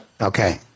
Okay